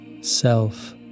Self